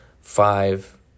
five